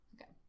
okay